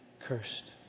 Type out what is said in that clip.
cursed